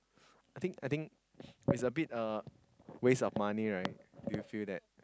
I think I think is a bit uh waste of money right do you feel that